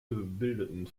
gebildeten